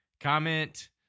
comment